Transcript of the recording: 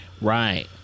Right